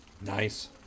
Nice